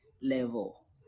level